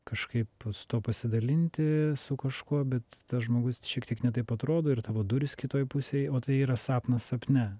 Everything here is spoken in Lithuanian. kažkaip su tuo pasidalinti su kažkuo bet tas žmogus šiek tiek ne taip atrodo ir ir tavo durys kitoje pusėj o tai yra sapnas sapne